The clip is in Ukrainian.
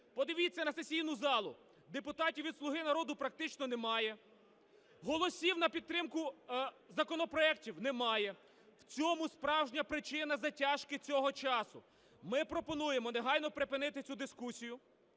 Подивіться на сесійну залу: депутатів від "Слуги народу" практично немає, голосів на підтримку законопроектів немає, в цьому справжня причина затяжки цього часу. Ми пропонуємо негайно припинити цю дискусію,